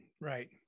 Right